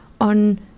on